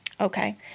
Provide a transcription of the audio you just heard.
Okay